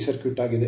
c circuit ಆಗಿದೆ